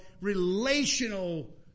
relational